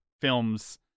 films